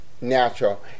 natural